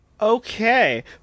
Okay